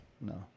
No